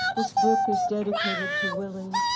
this book is dedicated to willi,